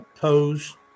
pose